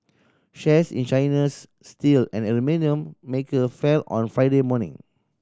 shares in China's steel and aluminium maker fell on Friday morning